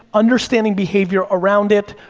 understanding behavior around it,